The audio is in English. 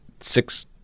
six